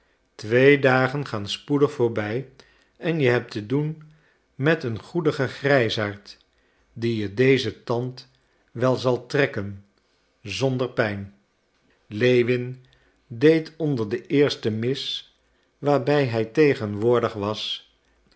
twee dagen gaan spoedig voorbij en je hebt te doen met een goedigen grijsaard die je dezen tand wel zal trekken zonder pijn lewin deed onder de eerste mis waarbij hij tegenwoordig was